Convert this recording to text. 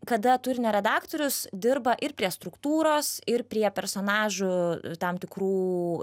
kada turinio redaktorius dirba ir prie struktūros ir prie personažų tam tikrų